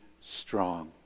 strong